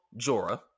Jorah